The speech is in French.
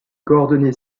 coordonnées